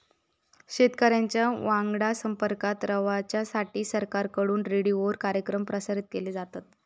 शेतकऱ्यांच्या वांगडा संपर्कात रवाच्यासाठी सरकारकडून रेडीओवर कार्यक्रम प्रसारित केले जातत